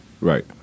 Right